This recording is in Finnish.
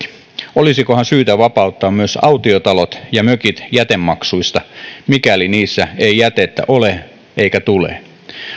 olisikohan syytä vapauttaa myös autiotalot ja mökit jätemaksuista mikäli niissä ei jätettä ole eikä tule